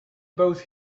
both